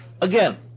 again